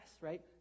right